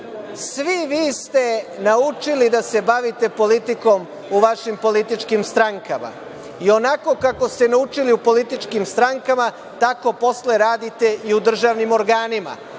Svi vi ste naučili da se bavite politikom u vašim političkim strankama, i onako kako ste naučili u političkim strankama, tako posle radite i u državnim organima.